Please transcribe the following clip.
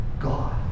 God